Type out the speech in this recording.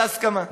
על ההסכמה,